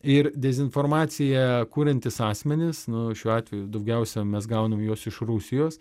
ir dezinformaciją kuriantys asmenys nu šiuo atveju daugiausia mes gaunam jos iš rusijos